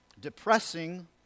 depressing